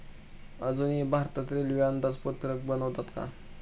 अजूनही भारतात रेल्वे अंदाजपत्रक बनवतात का?